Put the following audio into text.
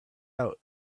out